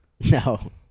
No